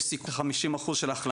יש סיכוי של חמישים אחוז של החלמה,